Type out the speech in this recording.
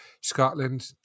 Scotland